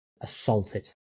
assaulted